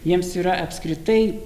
jiems yra apskritai